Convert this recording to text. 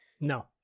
No